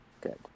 good